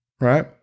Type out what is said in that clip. right